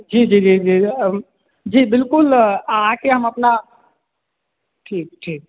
जी जी जी जी जी बिल्कुल आ आके हम अपना ठीक ठीक